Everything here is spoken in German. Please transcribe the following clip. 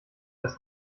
des